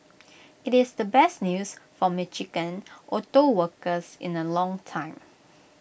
IT is the best news for Michigan auto workers in A long time